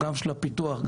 הפיתוח,